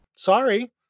Sorry